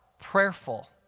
prayerful